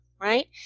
Right